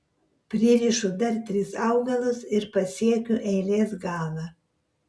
pririšu dar tris augalus ir pasiekiu eilės galą